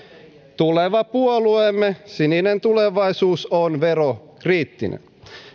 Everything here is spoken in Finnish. tuleva puolueemme sininen tulevaisuus on verokriittinen